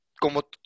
Como